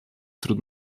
trud